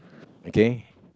okay